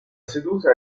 seduta